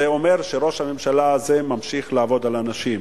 זה אומר שראש הממשלה הזה ממשיך לעבוד על אנשים,